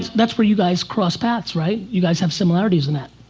that's where you guys crossed paths right? you guys have similarities in that.